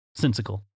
sensical